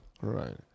Right